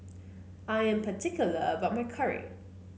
I am particular about my curry